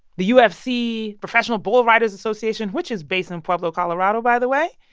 the ufc, professional bull riders association, which is based in pueblo, colo, and by the way.